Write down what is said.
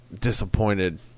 disappointed